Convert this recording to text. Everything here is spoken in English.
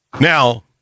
Now